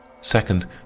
second